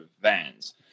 vans